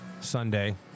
Sunday